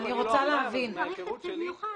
אני רוצה להבין --- אז צריך תקציב מיוחד,